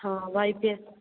ਹਾਂ Y P S